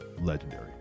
legendary